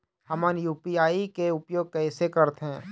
हमन यू.पी.आई के उपयोग कैसे करथें?